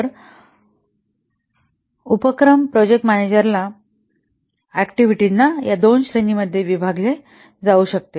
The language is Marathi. तर उपक्रम प्रोजेक्ट मॅनेजरच्या ऍक्टिव्हिटीना या दोन श्रेणींमध्ये विभागले जाऊ शकते